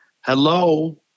Hello